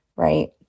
right